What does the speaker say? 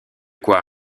quoi